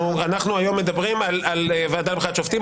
היום אנחנו מדברים על הוועדה לבחירת שופטים.